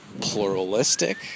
pluralistic